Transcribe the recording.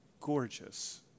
gorgeous